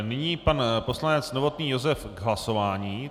Nyní pan poslanec Novotný Josef k hlasování.